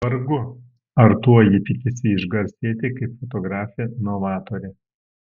vargu ar tuo ji tikisi išgarsėti kaip fotografė novatorė